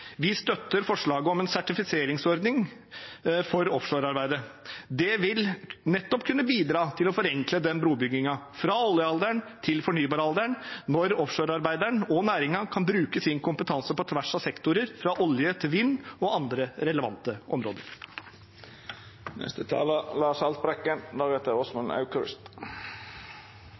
Vi støtter forslaget om en sertifiseringsordning for offshorearbeidet. Det vil nettopp kunne bidra til å forenkle brubyggingen fra oljealderen til fornybaralderen når offshorearbeideren og næringen kan bruke sin kompetanse på tvers av sektorer – fra olje til vind og andre relevante områder.